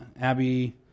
Abby